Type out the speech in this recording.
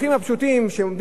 שעומדים מחוץ לכנסת,